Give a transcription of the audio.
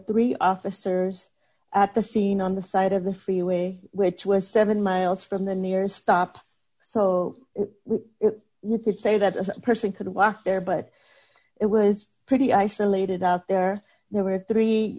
three officers at the scene on the side of the freeway which was seven miles from the nearest stop so we would get say that a person could walk there but it was pretty isolated out there there were three